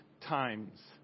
times